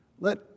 Let